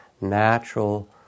natural